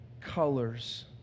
colors